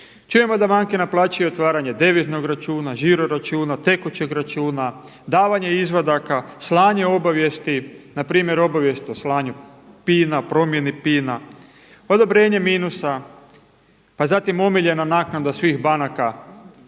Čujemo da banke naplaćuju otvaranje deviznog računa, žiro računa, tekućeg računa, davanje izvadaka, slanje obavijesti, npr. obavijest o slanju PIN-a, promjeni PIN-a, odobrenje minusa, pa zatim omiljena naknada svih banaka